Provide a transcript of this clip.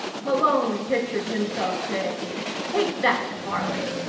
malone pictured himself saying take that, varlet.